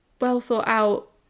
well-thought-out